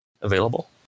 available